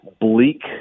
bleak